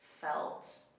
felt